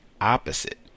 opposite